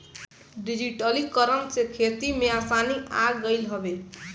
डिजिटलीकरण से खेती में आसानी आ गईल हवे